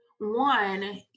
One